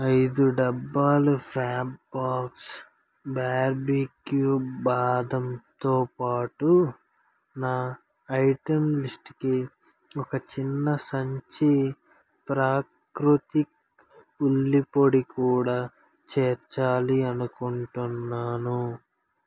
ఐదు డబ్బాలు ఫ్యాబ్బాక్స్ బార్బేక్యూ బాదంతో బాటు నా ఐటెం లిస్టుకి ఒక చిన్న సంచి ప్రాకృతి ఉల్లి పొడి కూడా చేర్చాలి అనుకుంటున్నాను